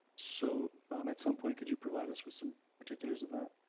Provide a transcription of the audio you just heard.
so at some point could you provide us with some particulars of that?